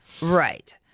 Right